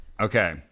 Okay